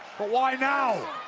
but why now?